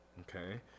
okay